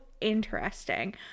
interesting